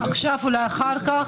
אולי אחר כך.